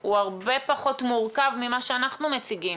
הוא הרבה פחות מורכב ממה שאנחנו מציגים,